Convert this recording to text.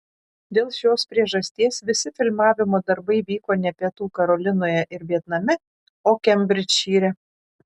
dėl šios priežasties visi filmavimo darbai vyko ne pietų karolinoje ir vietname o kembridžšyre